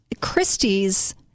Christie's